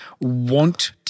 want